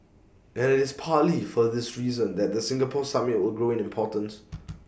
and IT is partly for this reason that the Singapore summit will grow in importance